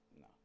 No